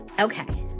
Okay